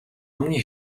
амны